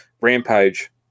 Rampage